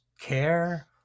care